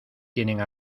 tiene